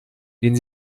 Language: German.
den